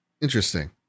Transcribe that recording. Interesting